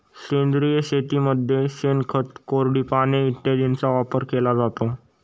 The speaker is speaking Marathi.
सेंद्रिय शेतीमध्ये शेणखत, कोरडी पाने इत्यादींचा वापर केला जातो